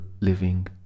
living